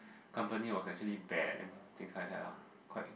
company was actually bad and things like that ah quite